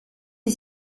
est